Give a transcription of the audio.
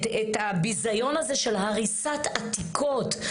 את הביזיון הזה של הריסת עתיקות.